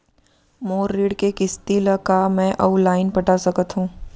मोर ऋण के किसती ला का मैं अऊ लाइन पटा सकत हव?